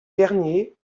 derniers